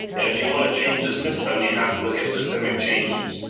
and if you wanna change the system, you have to look at systemic changes.